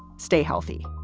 stay healthy